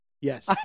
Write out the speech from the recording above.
Yes